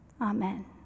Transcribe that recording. Amen